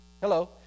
hello